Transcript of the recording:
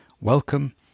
welcome